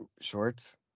shorts